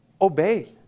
obey